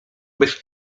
być